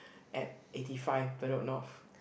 at eighty five Bedok-North